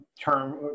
term